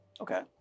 Okay